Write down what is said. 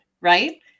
right